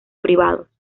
privados